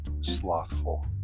slothful